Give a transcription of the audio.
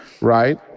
right